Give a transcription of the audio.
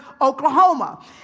Oklahoma